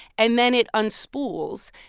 and then it unspools.